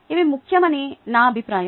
అవి ముఖ్యమని నా అభిప్రాయం